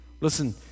Listen